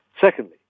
Secondly